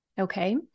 okay